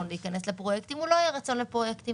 להיכנס לפרויקטים או לא יהיה רצון להיכנס.